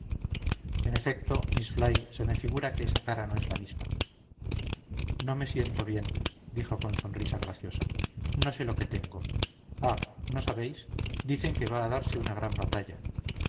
en efecto miss fly se me figura que esa cara no es la misma no me siento bien dijo con sonrisa graciosa no sé lo que tengo ah no sabéis dicen que va a darse una gran batalla